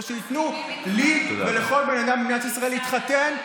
שייתנו לי ולכל בן אדם במדינת ישראל להתחתן,